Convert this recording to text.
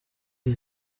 iri